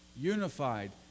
unified